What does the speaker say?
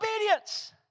obedience